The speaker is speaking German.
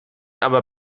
aber